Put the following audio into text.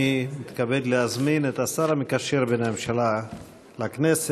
אני מתכבד להזמין את השר המקשר בין הממשלה לכנסת,